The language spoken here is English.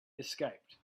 escaped